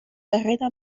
darrere